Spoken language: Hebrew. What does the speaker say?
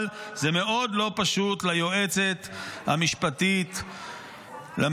אבל זה מאוד לא פשוט ליועצת המשפטית לממשלה.